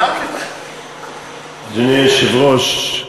אדוני היושב-ראש,